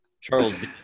Charles